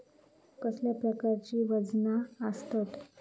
कसल्या प्रकारची वजना आसतत?